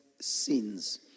sins